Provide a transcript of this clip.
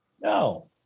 No